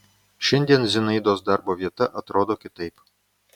šiandien zinaidos darbo vieta atrodo kitaip